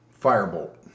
Firebolt